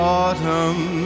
autumn